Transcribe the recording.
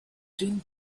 din